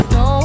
no